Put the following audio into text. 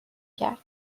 کرد